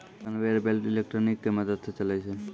conveyor belt electric के मदद स चलै छै